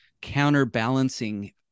counterbalancing